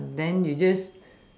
then you just